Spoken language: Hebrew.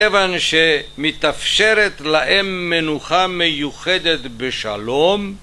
כיוון שמתאפשרת להם מנוחה מיוחדת בשלום